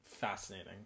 fascinating